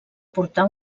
portar